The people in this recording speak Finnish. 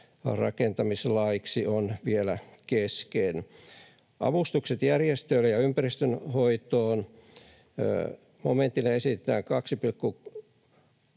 rakentamislaiksi on vielä kesken. Avustukset järjestöille ja ympäristön hoitoon: Momentille esitetään 2,348